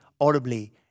audibly